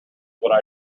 what